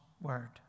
Word